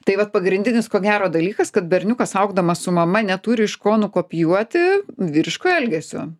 tai vat pagrindinis ko gero dalykas kad berniukas augdamas su mama neturi iš ko nukopijuoti vyriško elgesio